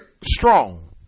strong